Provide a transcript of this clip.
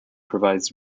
provides